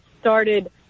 started